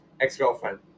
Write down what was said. Ex-girlfriend